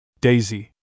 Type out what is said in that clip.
Daisy